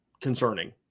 concerning